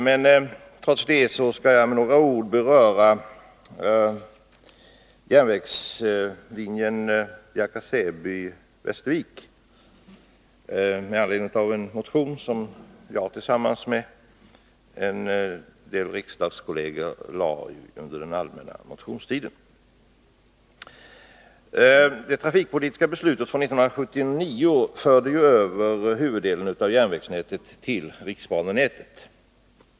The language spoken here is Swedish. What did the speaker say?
Men trots det skall jag med några ord beröra järnvägslinjen Bjärka/Säby-Västervik, med anledning av en motion som jag tillsammans med några riksdagskolleger väckte under den allmänna motionstiden. Det trafikpolitiska beslutet från 1979 förde över huvuddelen av järnvägsnätet till riksbanenätet.